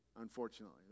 unfortunately